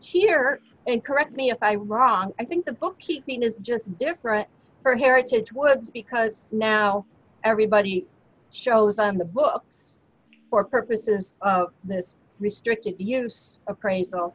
up here and correct me if i wrong i think the bookkeeping is just different for heritage woods because now everybody shows on the books for purposes this restricted use appraisal